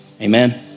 Amen